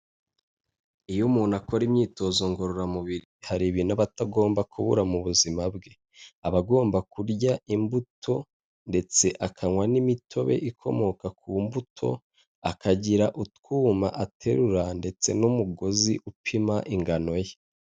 Iyo umuntu akora imyitozo ngororamubiri hari ibintu aba atagomba kubura mu buzima bwe, aba agomba kurya imbuto ndetse akanywa n'imitobe ikomoka ku mbuto, akagira utwuma aterura ndetse n'umugozi upima ingano ye.